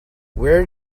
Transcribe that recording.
where